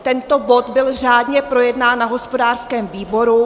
Tento bod byl řádně projednán na hospodářském výboru.